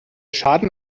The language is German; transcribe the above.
schaden